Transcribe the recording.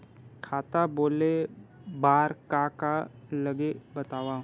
खाता खोले बार का का लगथे बतावव?